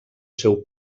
seu